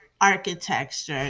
architecture